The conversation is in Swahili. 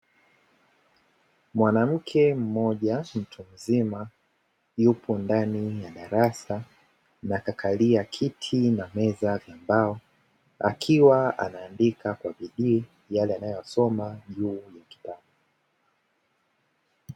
Mwanamke mmoja mtu mzima yupo ndani ya darasa, na kakalia kiti na meza ya mbao akiwa anaandika kwa bidii yale anayoyasoma juu ya kitabu.